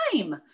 time